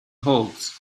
holds